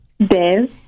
Dez